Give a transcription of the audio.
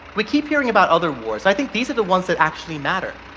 we keep hearing about other wars, i think these are the ones that actually matter.